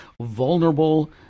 vulnerable